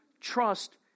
trust